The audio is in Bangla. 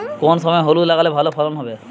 কোন সময় হলুদ লাগালে ভালো ফলন হবে?